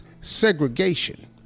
segregation